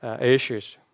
issues